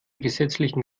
gesetzlichen